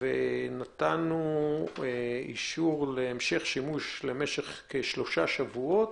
ונתנו אישור להמשך שימוש למשך כשלושה שבועות,